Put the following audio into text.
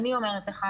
אני אומרת לך,